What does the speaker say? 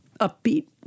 upbeat